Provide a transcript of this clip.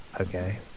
Okay